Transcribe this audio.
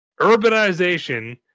Urbanization